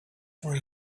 for